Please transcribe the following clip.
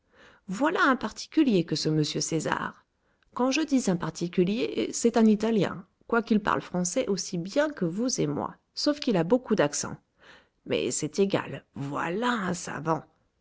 voilà un particulier que ce m césar quand je dis un particulier c'est un italien quoiqu'il parle français aussi bien que vous et moi sauf qu'il a beaucoup d'accent mais c'est égal voilà un savant